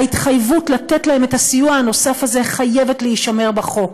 ההתחייבות לתת להם את הסיוע הנוסף הזה חייבת להישמר בחוק.